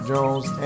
Jones